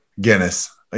Guinness